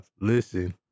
Listen